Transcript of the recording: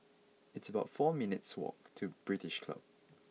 it's about four minutes' walk to British Club